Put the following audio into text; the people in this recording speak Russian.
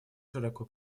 широко